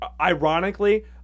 ironically